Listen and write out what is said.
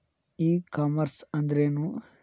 E commerce ಅಂದ್ರೇನು?